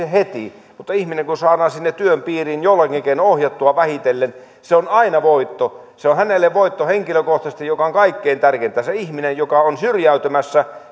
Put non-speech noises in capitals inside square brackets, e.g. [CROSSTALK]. [UNINTELLIGIBLE] heti mutta kun ihminen saadaan sinne työn piiriin jollakin keinoin ohjattua vähitellen se on aina voitto se on hänelle voitto henkilökohtaisesti mikä on kaikkein tärkeintä se ihminen joka on syrjäytymässä [UNINTELLIGIBLE]